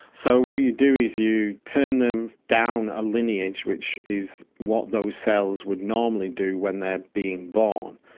so what you do is you turn them down a lineage, which is what those cells would normally do when they're being born.